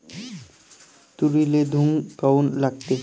तुरीले घुंग काऊन लागते?